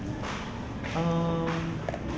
mm